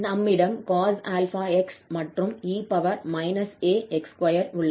நம்மிடம் cos𝛼𝑥 மற்றும் e ax2 உள்ளது